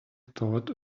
thought